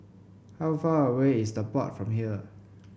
how far away is The Pod from here